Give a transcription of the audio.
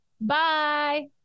Bye